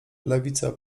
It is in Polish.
lewica